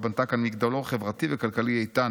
ובנתה כאן מגדלור חברתי וכלכלי איתן.